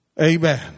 Amen